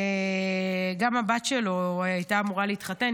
גם הבת שלו הייתה אמורה להתחתן,